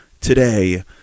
today